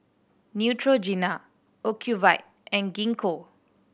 Neutrogena Ocuvite and Gingko